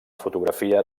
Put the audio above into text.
fotografia